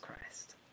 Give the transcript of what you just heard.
christ